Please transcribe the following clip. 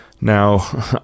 Now